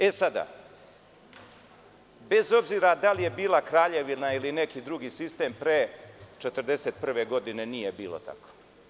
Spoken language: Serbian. E, sada bez obzira da li je bila kraljevina ili neki drugi sistem pre 1941. godine, nije bilo tako.